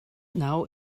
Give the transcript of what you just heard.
now